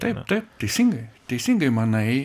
taip taip teisingai teisingai manai